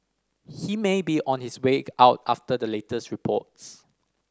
he may be on his way out after the latest reports